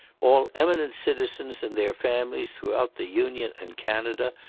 all eminent citizens and their families throughout the union and canada,